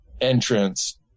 entrance